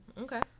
okay